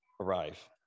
arrive